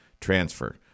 transfer